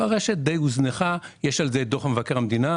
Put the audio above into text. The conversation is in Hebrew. הרשת די הוזנחה, ויש על זה דוח של מבקר המדינה.